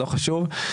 לא חשוב,